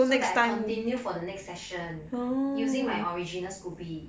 so that I continue for the next session using my original scoby